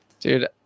dude